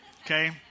Okay